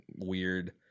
weird